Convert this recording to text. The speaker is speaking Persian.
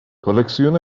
کلکسیون